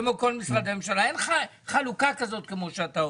כמו כל משרדי הממשלה,